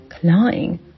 clawing